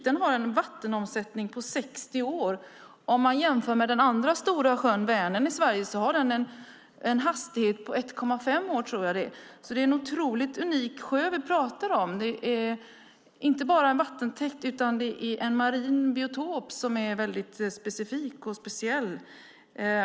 Den har en vattenomsättning på 60 år jämfört med den andra stora sjön i Sverige, Vänern, som har en hastighet på jag tror att det är 1,5 år. Det är alltså en helt unik sjö vi talar om. Det är inte bara en vattentäkt utan också en marin biotop som är mycket speciell.